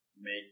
make